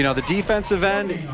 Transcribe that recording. you know the defensive end,